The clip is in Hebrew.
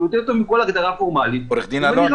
יותר טוב מכל הגדרה פורמלית --- אלון,